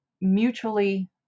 Mutually